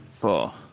Four